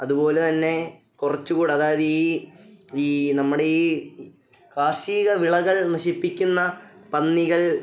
അതുപോലെ തന്നെ കുറച്ചും കൂടെ അതായത് ഈ ഈ നമ്മുടെ ഈ കാർഷിക വിളകൾ നശിപ്പിക്കുന്ന പന്നികൾ